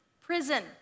prison